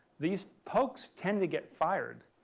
these folks tend to get fired.